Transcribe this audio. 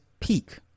peak